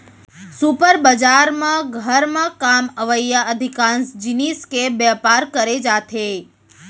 super बजार म घर म काम अवइया अधिकांस जिनिस के बयपार करे जाथे